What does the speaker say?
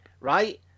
right